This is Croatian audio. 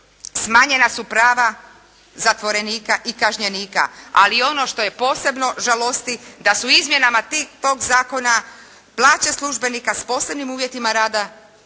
Smanjena su prava zatvorenika i kažnjenika, ali ono što posebno žalosti, da su izmjenama tog zakona plaće službenika s posebnim uvjetima rada